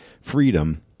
freedom